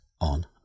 on